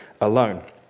alone